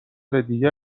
دیگر